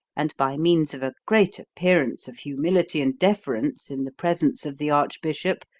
and by means of a great appearance of humility and deference in the presence of the archbishop,